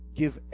give